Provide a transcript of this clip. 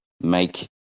make